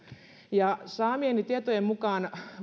saamieni tietojen mukaan